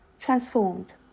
transformed